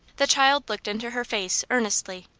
the child looked into her face earnestly.